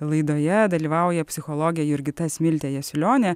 laidoje dalyvauja psichologė jurgita smiltė jasiulionė